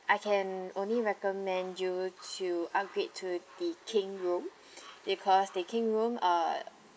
I can only recommend you to upgrade to the king room because the king room uh